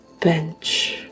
bench